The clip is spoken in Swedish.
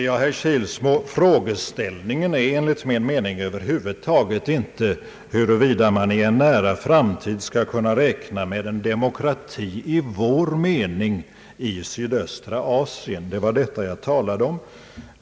Herr talman! Frågeställningen är, herr Kilsmo, enligt min mening över huvud taget inte huruvida man i en nära framtid skall räkna med en demokrati i vår mening i sydöstra Asien. Det var detta jag framhöll.